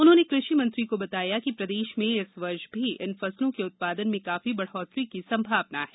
उन्होंने कृषि मंत्री को बताया कि प्रदेश में इस वर्ष भी इन फसलों के उत्पादन में काफी बढ़ोत्तरी की संभावना है